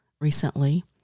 recently